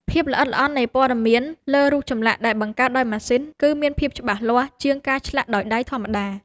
ភាពល្អិតល្អន់នៃព័ត៌មានលើរូបចម្លាក់ដែលបង្កើតដោយម៉ាស៊ីន គឺមានភាពច្បាស់លាស់ជាងការឆ្លាក់ដោយដៃធម្មតា។